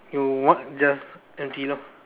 you mark just empty lor